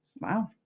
Wow